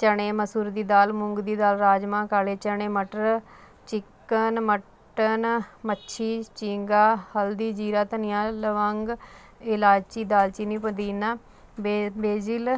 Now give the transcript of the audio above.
ਚਣੇ ਮਸੁਰ ਦੀ ਦਾਲ ਮੂੰਗ ਦੀ ਦਾਲ ਰਾਜਮਾਂਹ ਕਾਲੇ ਚਣੇ ਮਟਰ ਚਿਕਨ ਮਟਨ ਮੱਛੀ ਚੀੰਗਾ ਹਲਦੀ ਜੀਰਾ ਧਨੀਆ ਲਵੰਗ ਇਲਾਚੀ ਦਾਲ ਚੀਨੀ ਪੁਦੀਨਾ ਬੇਜੀਲ